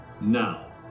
now